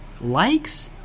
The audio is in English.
likes